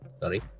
Sorry